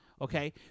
Okay